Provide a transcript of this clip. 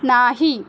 नाही